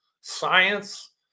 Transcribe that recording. science